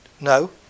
No